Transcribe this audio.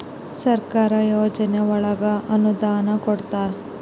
ಸರ್ಕಾರ ಯೋಜನೆ ಒಳಗ ಅನುದಾನ ಕೊಡ್ತಾರ